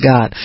God